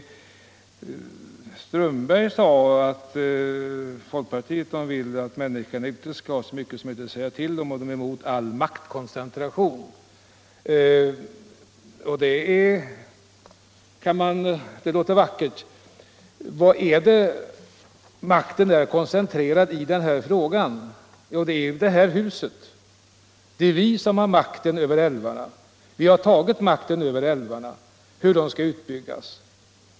Herr Strömberg i Botkyrka sade att folkpartiet vill att människorna skall ha så mycket som möjligt att säga till om och att han är emot all maktkoncentration. Det låter vackert. Var är makten koncentrerad i den här frågan? Jo, till oss i det här huset. Det är vi som har tagit makten över älvarna och hur de skall utnyttjas.